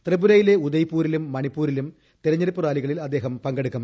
ത്രിപുരയിലെ ഉദയ്പൂരിലും മണിപ്പൂരിലും തെരഞ്ഞെടുപ്പ് റാലികളിൽ അദ്ദേഹം പങ്കെടുക്കും